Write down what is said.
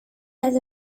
has